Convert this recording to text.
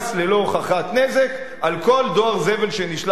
הוכחת נזק על כל דואר זבל שנשלח אליך,